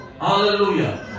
Hallelujah